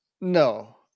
No